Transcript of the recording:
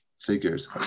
figures